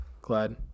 Glad